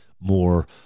more